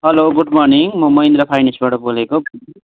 hello good morning म महेन्द्र फाइनेसबाट बोलेको